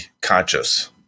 conscious